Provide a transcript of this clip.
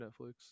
Netflix